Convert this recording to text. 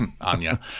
Anya